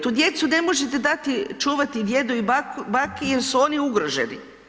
Tu djecu ne možete dati čuvati djedu i baki jer su oni ugroženi.